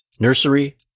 Nursery